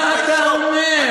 מה אתה אומר?